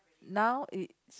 now it's